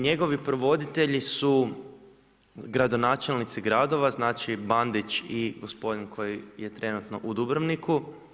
Njegovi provoditelji su gradonačelnici gradova, znači Bandić i gospodin koji je trenutno u Dubrovniku.